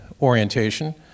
orientation